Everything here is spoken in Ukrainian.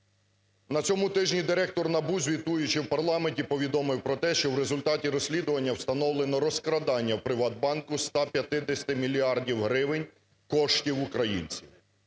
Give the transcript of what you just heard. На цьому тижні директор НАБУ, звітуючи в парламенті, повідомив про те, що в результаті розслідування встановлено розкрадання в "ПриватБанку" 150 мільярдів гривень коштів українців.